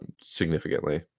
significantly